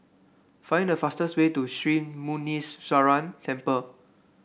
find the fastest way to Sri Muneeswaran Temple